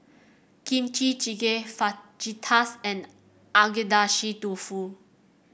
Kimchi Jjigae Fajitas and Agedashi Dofu